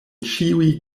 ĉiuj